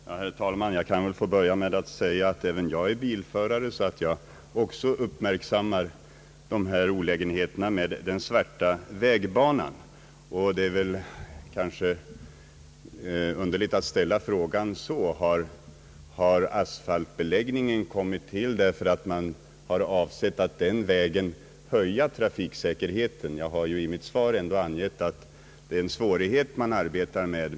Herr talman! Jag kan börja med att säga att även jag är bilförare och sålunda uppmärksammar olägenheterna med den svarta vägbanan. Det är kanske en smula underligt att ställa frågan: Har asfaltbeläggningen kommit till därför att man har avsett att därigenom höja trafiksäkerheten? Jag har ju i mitt svar ändå angett att det är en svårighet man arbetar med.